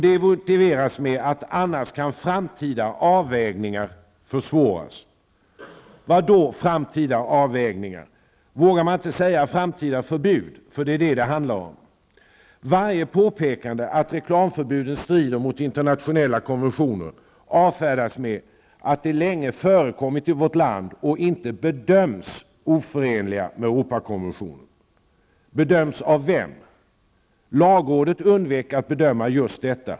Det motiveras med att annars kan framtida avvägningar försvåras. Vad då framtida avvägningar! Vågar man inte säga framtida förbud, för det är vad det handlar om? Varje påpekande att reklamförbuden strider mot internationella konventioner avfärdas med att de länge förekommit i vårt land och inte bedöms oförenliga med Europakonventionen. Bedöms av vem? Lagrådet undvek att bedöma just detta.